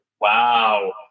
Wow